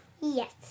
Yes